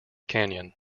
canyon